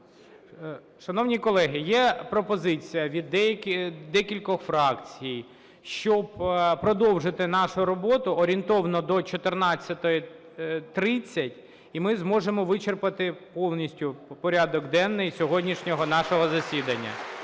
Шановні колеги, є пропозиція від декількох фракцій, щоб продовжити нашу роботу орієнтовно до 14:30, і ми зможемо вичерпати повністю порядок денний сьогоднішнього нашого засідання.